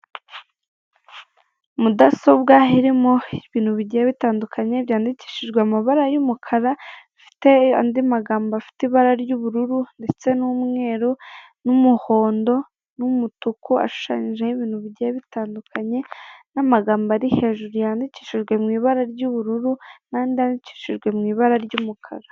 Mudasobwa irimo ibintu bigiye bitandukanye byandikishijwe amabara y'umukara ifite andi magambo afite ibara ry'ubururu, ndetse n'umweru, n'umuhondo, n'umutuku, ashushanyijeho ibintu bigiye bitandukanye n'amagambo ari hejuru yandikishijwe mu ibara ry'ubururu n'andi yandikishijwe mu ibara ry'umukara.